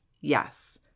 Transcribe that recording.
Yes